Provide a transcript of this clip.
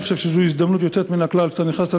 אני חושב שזו הזדמנות יוצאת מן הכלל כשאתה נכנסת